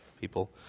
People